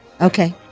Okay